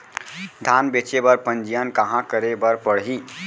धान बेचे बर पंजीयन कहाँ करे बर पड़ही?